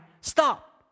stop